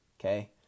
okay